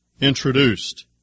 introduced